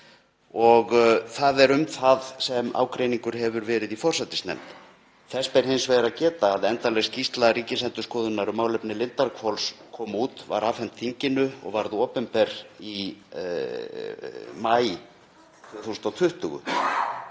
Það er um það sem ágreiningur hefur verið í forsætisnefnd. Þess ber hins vegar að geta að endanleg skýrsla Ríkisendurskoðunar um málefni Lindarhvols kom út, var afhent þinginu og varð opinber í maí 2020.